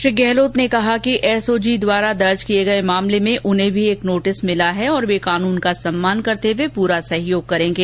श्री गहलोत ने कहा कि एसओजी द्वारा दर्ज ं किए गए मामले में उन्हें भी एक नोटिस प्राप्त हुआ है और वह कानून का सम्मान करते हुए पूरा सहयोग करेंगे